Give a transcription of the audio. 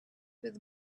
with